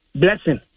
blessing